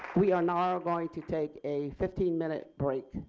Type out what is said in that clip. we and are ah going to take a fifteen minute break.